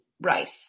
rice